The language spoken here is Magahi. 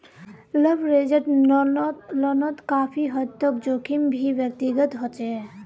लवरेज्ड लोनोत काफी हद तक जोखिम भी व्यक्तिगत होचे